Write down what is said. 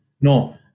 No